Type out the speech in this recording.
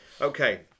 okay